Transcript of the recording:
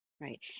Right